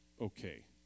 okay